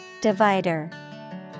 Divider